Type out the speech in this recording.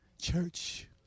Church